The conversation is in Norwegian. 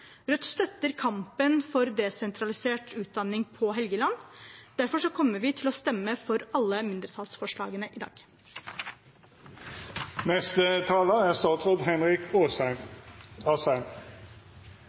Rødt støtter kampen for desentralisert utdanning på Helgeland. Derfor kommer vi til å stemme for alle mindretallsforslagene i